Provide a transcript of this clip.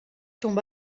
tombe